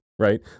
Right